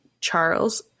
Charles